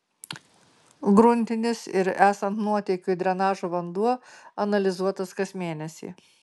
gruntinis ir esant nuotėkiui drenažo vanduo analizuotas kas mėnesį